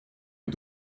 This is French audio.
est